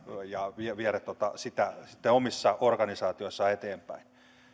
ja viedä sitä sitä omissa organisaatioissaan eteenpäin